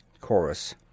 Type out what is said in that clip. Chorus